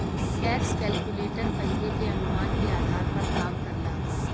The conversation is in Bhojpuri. टैक्स कैलकुलेटर पहिले के अनुमान के आधार पर काम करला